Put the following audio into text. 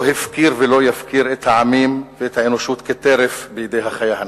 הפקיר ולא יפקיר את העמים ואת האנושות כטרף בידי החיה הנאצית.